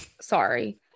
Sorry